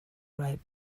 right